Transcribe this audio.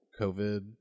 covid